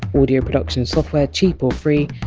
audio production software cheap or free,